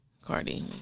Cardi